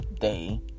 day